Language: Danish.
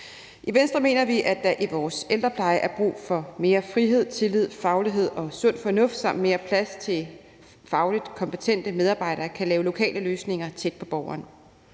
I Venstre mener vi, at der i vores ældrepleje er brug for mere frihed, tillid, faglighed og sund fornuft samt mere plads til, at fagligt kompetente medarbejdere kan lave lokale løsninger tæt på borgeren.